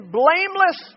blameless